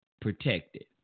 protected